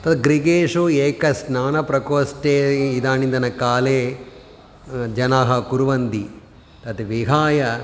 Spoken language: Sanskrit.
त गृहेषु एकस्नानप्रकोष्ठे इदानीन्तनकाले जनाः कुर्वन्ति तद्विहाय